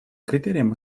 критериям